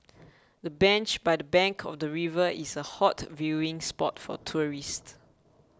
the bench by the bank of the river is a hot viewing spot for tourists